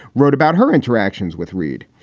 wrote about her interactions with reid.